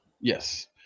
Yes